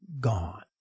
gone